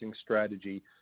strategy